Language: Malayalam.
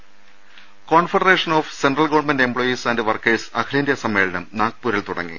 രദേഷ്ടെടു confederation of central government employees and workers അഖിലേന്ത്യാ സമ്മേളനം നാഗ്പൂരിൽ തുടങ്ങി